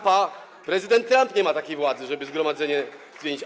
Prezydent Trump nie ma takiej władzy, [[Wesołość na sali, oklaski]] żeby zgromadzenie zmienić.